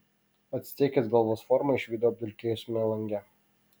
actekės galvos formą išvydo apdulkėjusiame lange